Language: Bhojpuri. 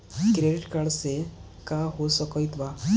क्रेडिट कार्ड से का हो सकइत बा?